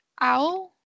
owl